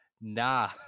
nah